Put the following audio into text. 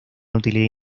utilidad